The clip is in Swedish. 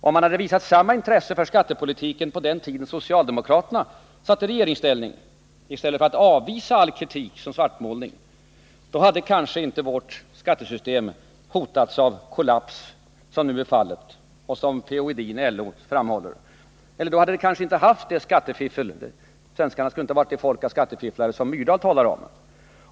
Om man hade visat samma intresse för skattepolitiken under den tid då socialdemokraterna satt i regeringsställning i stället för att avvisa all kritik som svartmålning, hade vårt skattesystem kanske inte hotats av kollaps, vilket nu är fallet, såsom P.-O. Edin i LO framhåller. Och då skulle kanske svenskarna inte vara det folk av skattefifflare som Gunnar Myrdal talår om.